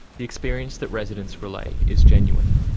the experience that residents relay is genuine.